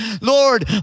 Lord